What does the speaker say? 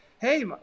hey